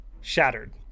shattered